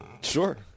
Sure